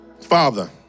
Father